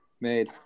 made